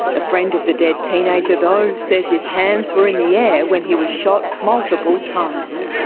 a friend of the dead teenager though says his hands were in the air when he was shot multiple times.